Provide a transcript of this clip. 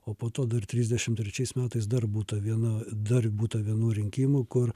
o po to dar trisdešimt trečiais metais dar būta viena dar būta vienų rinkimų kur